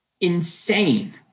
insane